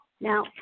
Now